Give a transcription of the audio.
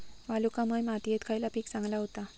वालुकामय मातयेत खयला पीक चांगला होता?